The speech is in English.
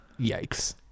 yikes